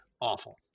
Awful